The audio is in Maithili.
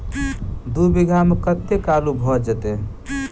दु बीघा मे कतेक आलु भऽ जेतय?